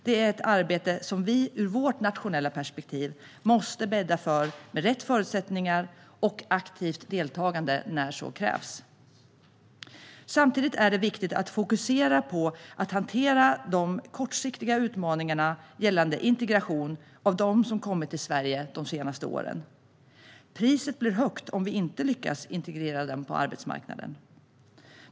Det är ett arbete som vi ur vårt nationella perspektiv måste bädda för med rätt förutsättningar och aktivt deltagande när så krävs. Samtidigt är det viktigt att fokusera på att hantera de kortsiktiga utmaningarna när det gäller integration av dem som har kommit till Sverige de senaste åren. Priset blir högt om vi inte lyckas integrera dem på arbetsmarknaden.